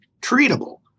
treatable